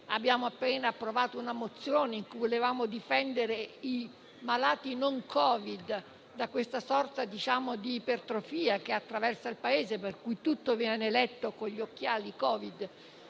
Abbiamo appena approvato un ordine del giorno con il quale vogliamo difendere i malati non Covid da una sorta di ipertrofia che attraversa il Paese, per cui tutto viene letto con gli occhiali da Covid,